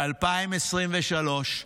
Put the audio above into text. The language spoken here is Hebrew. ב-2023,